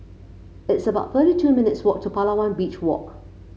it's about thirty two minutes' walk to Palawan Beach Walk